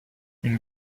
une